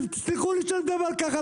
תסלחו לי שאני מדבר ככה,